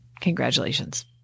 Congratulations